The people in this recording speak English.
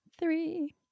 three